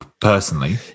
personally